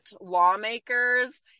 lawmakers